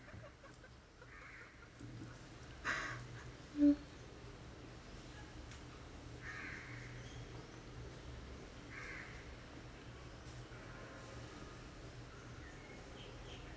mm